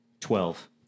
Twelve